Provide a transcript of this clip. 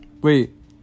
wait